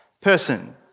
person